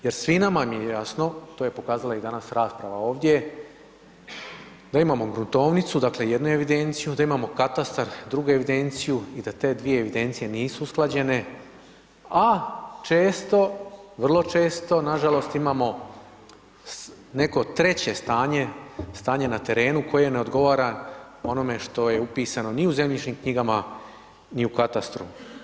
Jer svima nam je jasno to je pokazala i danas rasprava ovdje, da imamo gruntovnicu, dakle, jednu evidenciju, da imamo katastar, drugu evidenciju i da te dvije evidencije nisu usklađene, a često vrlo često, nažalost, imamo neko treće stanje, stanje na terenu, koje ne odgovara onome što je upisano ni u zemljišnim knjigama ni u katastru.